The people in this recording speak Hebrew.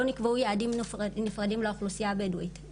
לא נקבעו יעדים נפרדים לאוכלוסייה הבדואית,